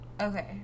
Okay